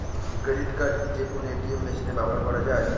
Credit card কি যে কোনো এ.টি.এম মেশিনে ব্যবহার করা য়ায়?